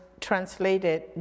translated